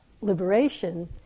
liberation